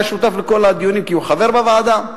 היה שותף לכל הדיונים כי הוא חבר בוועדה.